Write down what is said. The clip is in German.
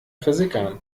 versickern